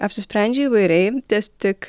apsisprendžia įvairiai ties tik